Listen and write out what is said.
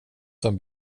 som